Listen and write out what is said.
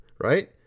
Right